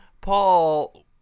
Paul